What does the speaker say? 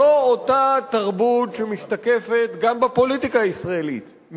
זו אותה תרבות שמשתקפת גם בפוליטיקה הישראלית,